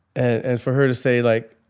and for her to say like,